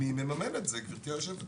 מי מממן את זה, גברתי היושבת ראש?